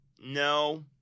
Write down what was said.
No